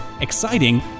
exciting